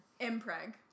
Impreg